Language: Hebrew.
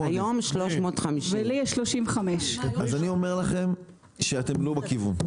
היום יש 350. ולי יש 35. אני אומר לכם שאתם לא בכיוון.